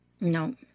No